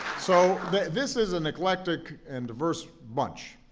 so this is an eclectic and diverse bunch.